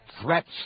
threats